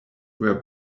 were